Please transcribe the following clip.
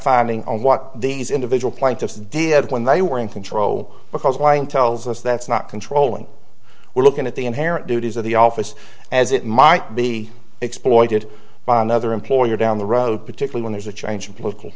finding on what these individual plaintiffs did when they were in control because lying tells us that's not controlling we're looking at the inherent duties of the office as it might be exploited by another employer down the road particular when there's a change in political